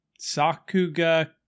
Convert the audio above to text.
sakuga